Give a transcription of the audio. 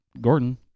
Gordon